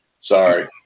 Sorry